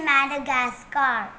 Madagascar